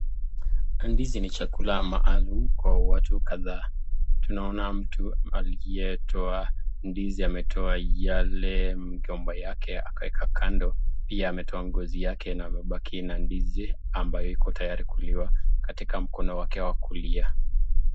Ndizi ni chakula maalum kwa watu kadhaa. Tunaona mtu aliyetoa ndizi ametoa yale migomba yake akaeka kando, pia ametoa ngozi yake na amebaki na ndizi ambayo iko tayari kuliwa katika mkono wake wa kulia.